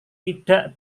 tidak